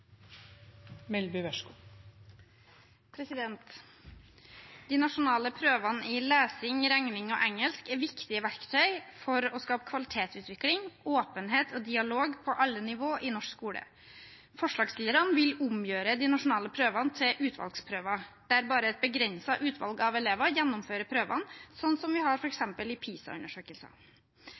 viktige verktøy for å skape kvalitetsutvikling, åpenhet og dialog på alle nivå i norsk skole. Forslagsstillerne vil omgjøre de nasjonale prøvene til utvalgsprøver, der bare et begrenset utvalg av elevene gjennomfører prøvene, sånn vi har det f.eks. i